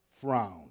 frown